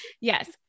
Yes